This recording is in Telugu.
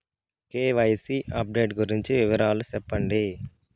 కె.వై.సి అప్డేట్ గురించి వివరాలు సెప్పండి?